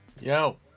Yo